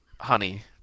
honey